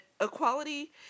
equality